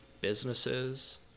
businesses